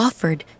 offered